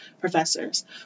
professors